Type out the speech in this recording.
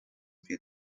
wir